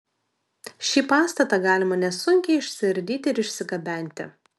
šį pastatą galima nesunkiai išsiardyti ir išsigabenti